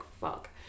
fuck